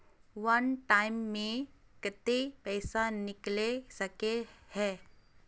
वन time मैं केते पैसा निकले सके है?